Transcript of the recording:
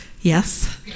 yes